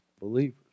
believers